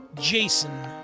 Jason